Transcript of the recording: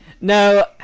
No